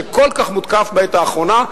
שכל כך מותקף בעת האחרונה,